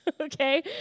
okay